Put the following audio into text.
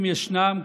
אם ישנם,